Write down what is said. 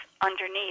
underneath